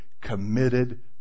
committed